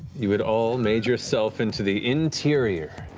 you had all made yourself into the interior,